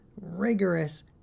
rigorous